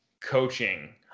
coaching